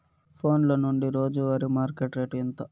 ఫోన్ల నుండి రోజు వారి మార్కెట్ రేటు ఎంత?